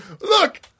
Look